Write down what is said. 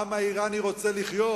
העם האירני רוצה לחיות.